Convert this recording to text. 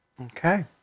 Okay